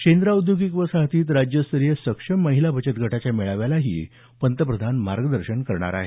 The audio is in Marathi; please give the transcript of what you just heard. शेंद्रा औद्योगिक वसाहतीत राज्यस्तरीय सक्षम महिला बचत गटाच्या मेळाव्यालाही पंतप्रधान मार्गदर्शन करणार आहेत